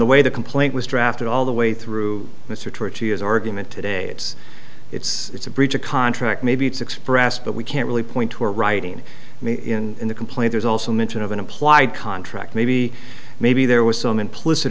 the way the complaint was drafted all the way through mr tertius argument today it's it's it's a breach of contract maybe it's expressed but we can't really point to a writing in the complaint there's also mention of an implied contract maybe maybe there was some implicit